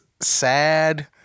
sad